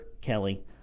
kelly